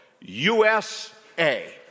USA